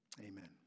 Amen